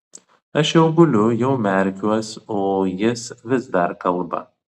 aš jau guliu jau merkiuos o jis vis dar kalba